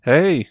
Hey